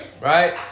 right